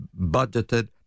budgeted